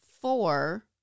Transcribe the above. four